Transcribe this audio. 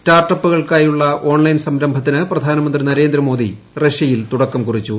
start അപ്പുകൾക്കായുള്ള online സംരംഭത്തിന് പ്രധാനമന്ത്രി നരേന്ദ്രമോദി റഷ്യയിൽ തുടക്കം കുറിച്ചു